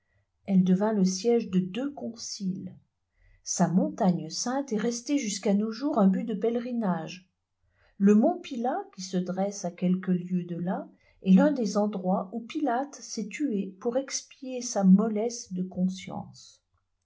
elle devint le siège de deux conciles sa montagne sainte est restée jusqu'à nos jours un but de pèlerinage le mont pilât qui se dresse à quelques lieues de là est l'un des endroits où pilate s'est tué pour expier sa mollesse de conscience